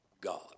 God